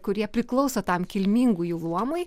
kurie priklauso tam kilmingųjų luomui